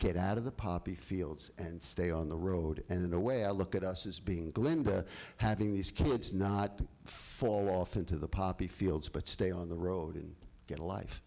get out of the poppy fields and stay on the road and in a way i look at us as being glenda having these kids not to fall off into the poppy fields but stay on the road and get a